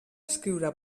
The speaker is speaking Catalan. escriure